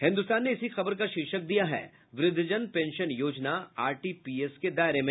हिन्दुस्तान ने इसी खबर का शीर्षक दिया है वृद्धजन पेंशन योजना आरटीपीएस के दायरे में